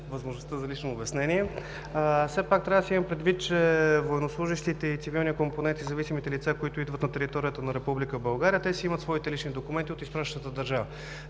думата за лично обяснение. Все пак трябва да се има предвид, че военнослужещите и цивилни компоненти и зависимите лица, които идват на територията на Република България – те си имат своите лични документи от изпращащата държава.